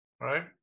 right